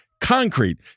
concrete